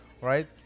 Right